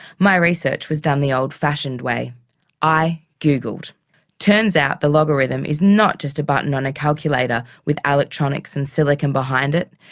my research was done the old-fashioned way i googled. it turns out the logarithm is not just a button on a calculator with ah electronics and silicon behind it,